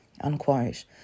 unquote